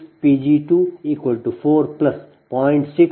6 P g2 4 0